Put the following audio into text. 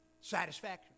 satisfaction